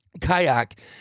kayak